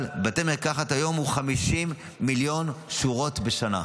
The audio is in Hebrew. בבתי המרקחת כיום הוא 50 מיליון שורות בשנה.